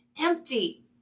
empty